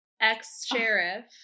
ex-sheriff